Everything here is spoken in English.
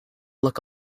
look